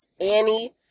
Annie